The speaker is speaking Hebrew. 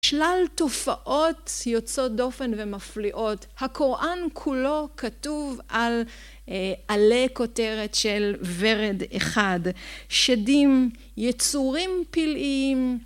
שלל תופעות יוצאות דופן ומפליאות, הקוראן כולו כתוב על עלי כותרת של ורד אחד, שדים, יצורים פלאים,